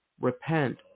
Repent